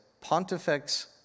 Pontifex